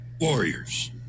warriors